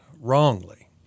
wrongly